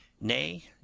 nay